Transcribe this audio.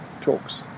talks